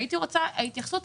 אני מבקשת התייחסות,